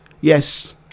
Yes